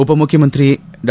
ಉಪಮುಖ್ಯಮಂತ್ರಿ ಡಾ